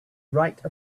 write